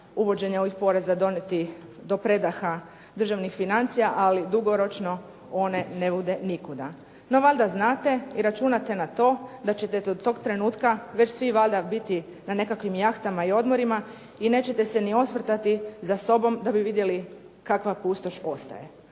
uvođenje ovih poreza donijeti do predaha državnih financija, ali dugoročno one ne vode nikuda. No valjda znate i računate na to da ćete do tog trenutka već svi valjda biti na nekakvim jahtama i odmorima i nećete se ni osvrtati za sobom da bi vidjeli kakva pustoš ostaje.